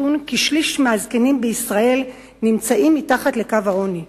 הנתון כי שליש מהזקנים בישראל נמצאים מתחת לקו העוני.